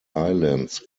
islands